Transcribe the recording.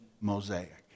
mosaic